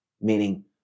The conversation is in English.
Meaning